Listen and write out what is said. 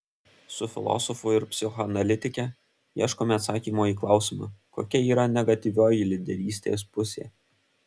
su filosofu ir psichoanalitike ieškome atsakymo į klausimą kokia yra negatyvioji lyderystės pusė